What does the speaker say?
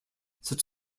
such